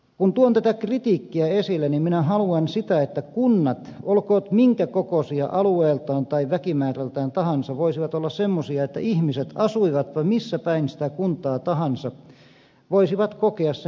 kun tuon tätä kritiikkiä esille niin minä haluan sitä että kunnat olkoot minkä kokoisia alueeltaan tai väkimäärältään tahansa voisivat olla semmoisia että ihmiset asuivatpa missä päin sitä kuntaa tahansa voisivat kokea sen omakseen